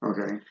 okay